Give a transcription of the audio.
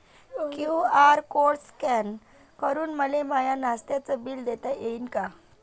QR code scan करून मले माय नास्त्याच बिल देता येईन का?